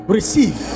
Receive